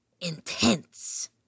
intense